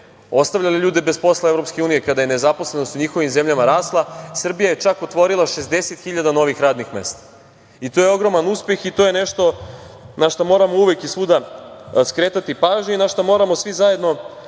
ostavljale ljude bez posla Evropske unije, kada je nezaposlenost u njihovim zemljama rasla, Srbija je čak otvorila 60.000 novih radnih mesta. To je ogroman uspeh i to je nešto na šta moramo uvek i svuda skretati pažnju i na šta moramo svi zajedno